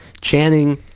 Channing